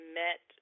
met